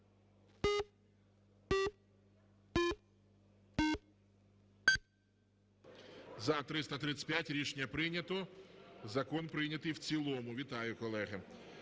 За-335 Рішення прийнято. Закон прийнятий в цілому. Вітаю, колеги.